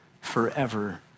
forever